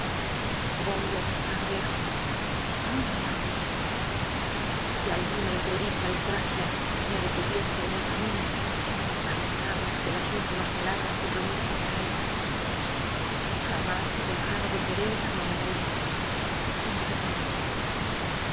voy á buscarla lejos muy lejos si alguna impl'el'isla desgracia me detuviese en el camino as que pronuncio acordaos de las úllimas palabr para ella jam ls he dejado de querer á mi amada bija y la perdono